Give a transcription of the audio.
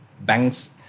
banks